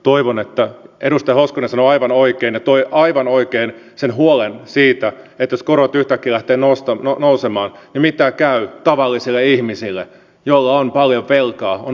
edustaja hoskonen sanoi aivan oikein ja toi aivan oikein sen huolen siitä että jos korot yhtäkkiä lähtevät nousemaan niin miten käy tavallisille ihmisille joilla on paljon velkaa joilla on asunnot